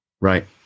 Right